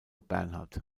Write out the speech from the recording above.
bernard